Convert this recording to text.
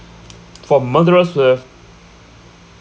for murderers they